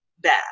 bad